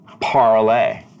Parlay